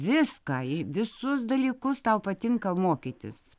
viską į visus dalykus tau patinka mokytis